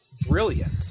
brilliant